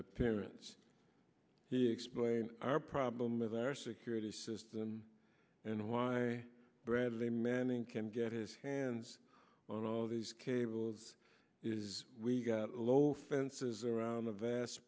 appearance he explained our problem of our security system and why bradley manning can get his hands on all these cables is we got low fences around a vast